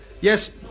Yes